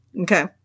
Okay